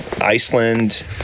Iceland